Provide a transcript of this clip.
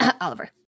Oliver